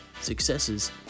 successes